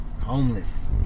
Homeless